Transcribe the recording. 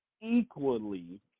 equally